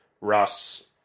Russ